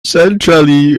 centrally